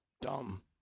dumb